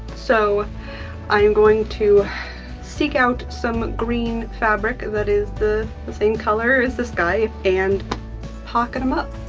so i'm going to seek out some green fabric that is the the same color as this guy and pocket him up.